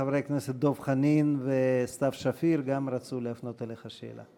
חברי הכנסת דב חנין וסתיו שפיר גם רצו להפנות אליך שאלה.